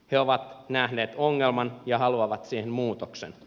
he ovat nähneet ongelman ja haluavat siihen muutoksen